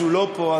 שאיננו פה,